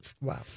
Wow